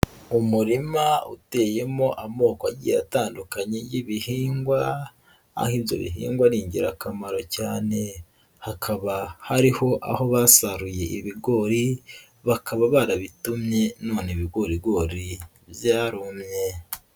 Umurima uteyemo amoko agiye atandukanye y'ibihingwa, aho ibyo bihingwa ari ingirakamaro cyane, hakaba hariho aho basaruye ibigori, bakaba barabitemye none ibigorigori byarumye.